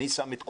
אני שם את כולם.